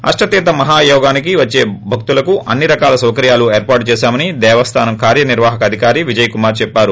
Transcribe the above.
అష్టతీర్ద మాహాయోగానికి వచ్చే భక్తులకు అన్ని రకాల సౌకర్యాలు ఏర్పాటు చేశామని దేవస్లానం కార్యనిర్వాహక అధికారి విజయకుమార్ చెప్పారు